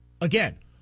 Again